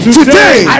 today